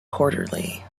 quarterly